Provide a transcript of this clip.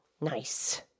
Nice